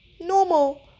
normal